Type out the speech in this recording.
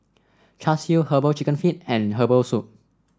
Char Siu herbal chicken feet and Herbal Soup